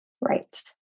Right